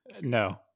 no